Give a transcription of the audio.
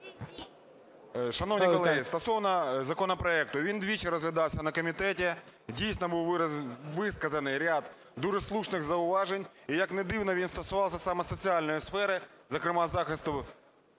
Шановні колеги, стосовно законопроекту. Він двічі розглядався на комітеті. Дійсно, був висказаний ряд дуже слушних зауважень. І як не дивно, він стосувався саме соціальної сфери, зокрема захисту